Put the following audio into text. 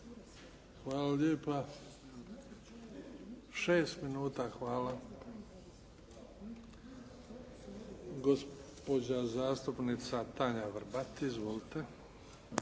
Hvala lijepa. Šest minuta, hvala. Gospođa zastupnica Tanja Vrbat. Izvolite.